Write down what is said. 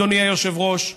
אדוני היושב-ראש,